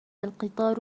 القطار